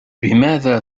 بماذا